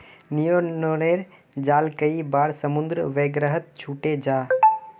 न्य्लोनेर जाल कई बार समुद्र वगैरहत छूटे जाह